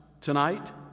tonight